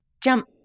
Jump